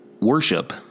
worship